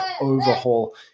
overhaul